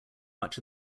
much